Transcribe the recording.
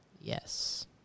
Yes